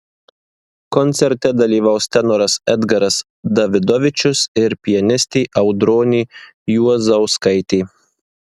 koncerte dalyvaus tenoras edgaras davidovičius ir pianistė audronė juozauskaitė